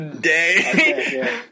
day